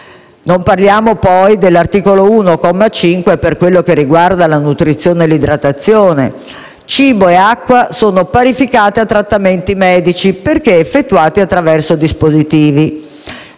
Non parliamo poi dell'articolo 1, comma 5, per quanto riguarda la nutrizione e l'idratazione: cibo e acqua sono parificate a trattamenti medici, perché effettuate attraverso dispositivi.